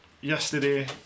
yesterday